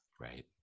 right